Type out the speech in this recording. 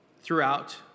throughout